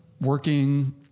working